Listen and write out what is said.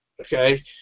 okay